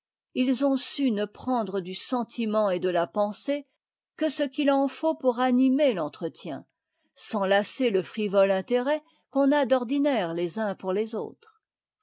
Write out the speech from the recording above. sont su ne prendre du sentiment et de a pensée que ce qu'i en faut pour animer l'entretien sans lasser le frivole intérêt qu'on a d'ordinaire les uns pour les autres